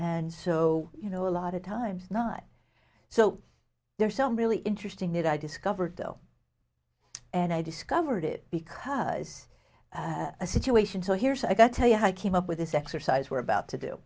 and so you know a lot of times not so there are some really interesting that i discovered though and i discovered it because a situation so here's i got to tell you i came up with this exercise we're about to do